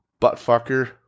buttfucker